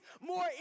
more